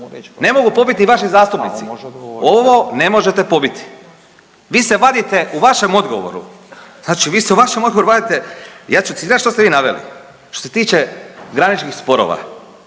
Ne mogu pobiti vaši zastupnici. Ovo ne možete pobiti. Vi se vadite u vašem odgovoru, znači vi se u vašem odgovoru vadite, ja ću citirati što ste vi naveli. Što se tiče graničnih sporova,